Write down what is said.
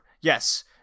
Yes